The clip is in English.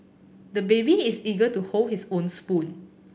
the baby is eager to hold his own spoon